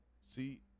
See